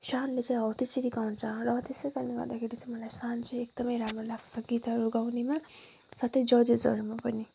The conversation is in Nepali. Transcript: शानले चाहिँ हौ त्यसरी गाउँछ र त्यसै कारणले गर्दाखेरि चाहिँ मलाई शान चाहिँ एकदमै राम्रो लाग्छ गीतहरू गाउनेमा साथै जजेसहरूमा पनि